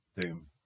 Doom